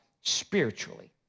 spiritually